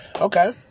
Okay